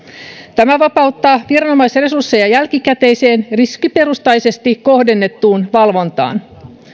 tämä vapauttaa viranomaisresursseja jälkikäteiseen riskiperustaisesti kohdennettuun valvontaan